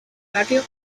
barrio